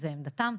זו עמדתם.